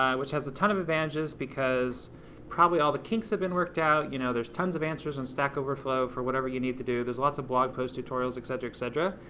which has a ton of advantages because probably all of the kinks have been worked out, you know, there's tons of answers in stackoverflow, for whatever you need to do, there's lots of blog post tutorials, et cetera, et cetera,